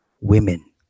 Women